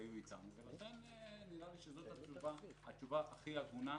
שהיו איתה, ולכן נראה לי שזאת התשובה הכי הגונה,